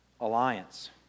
alliance